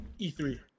E3